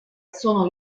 sono